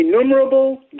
innumerable